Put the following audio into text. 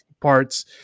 parts